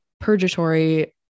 purgatory